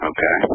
Okay